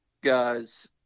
guys